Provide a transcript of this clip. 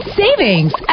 savings